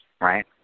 right